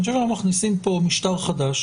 אני חושב שכשמכניסים פה משטר חדש